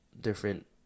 different